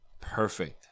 perfect